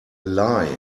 lie